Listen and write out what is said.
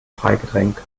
freigetränk